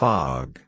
Fog